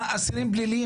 מה אסירים פליליים,